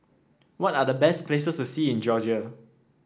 what are the best places to see in Georgia